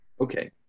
Okay